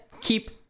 keep